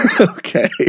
Okay